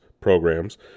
programs